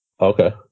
Okay